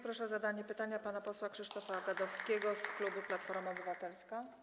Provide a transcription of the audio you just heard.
Proszę o zadanie pytania pana posła Krzysztofa Gadowskiego z klubu Platforma Obywatelska.